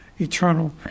eternal